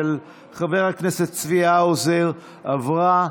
של חבר הכנסת צבי האוזר, עברה.